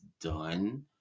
done